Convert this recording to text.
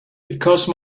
because